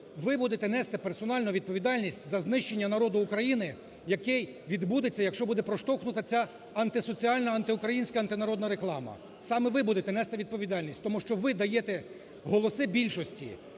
Ви будете нести персонально відповідальність за знищення народу України, який відбудеться, якщо буде проштовхнута ця антисоціальна, антиукраїнська, антинародна реклама. Саме ви будете нести відповідальність, тому що ви даєте голоси більшості,